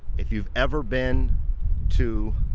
if you've ever been to